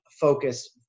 focus